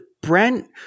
Brent